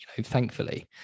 thankfully